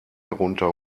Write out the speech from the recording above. herunter